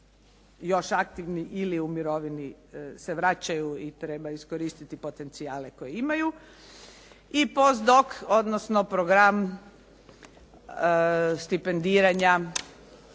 još aktivni ili u mirovini se vraćaju i treba iskoristiti potencijale koje imaju. I "Postdok", odnosno program stipendiranja